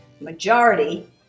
majority